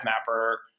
Mapper